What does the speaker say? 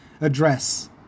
Address